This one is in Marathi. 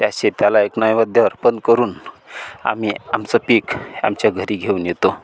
त्या शेताला एक नैवेद्य अर्पण करून आम्ही आमचं पीक आमच्या घरी घेऊन येतो